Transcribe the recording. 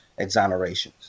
exonerations